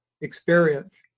experience